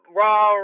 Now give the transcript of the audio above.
raw